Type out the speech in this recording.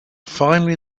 finally